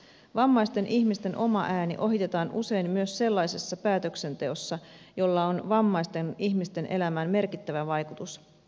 vammaisten ihmisten oma ääni ohitetaan usein myös sellaisessa päätöksenteossa jolla on vammaisten ihmisten elämään merkittävä vaikutus